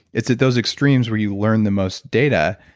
it's at those extremes where you learn the most data.